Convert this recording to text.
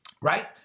right